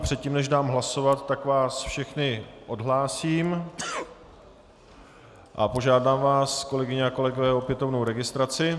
Předtím než dám hlasovat, tak vás všechny odhlásím a požádám vás, kolegyně a kolegové, o opětovnou registraci.